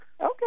okay